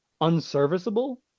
unserviceable